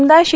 आमदार श्री